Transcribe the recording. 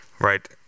Right